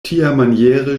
tiamaniere